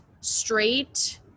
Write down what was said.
straight